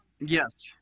yes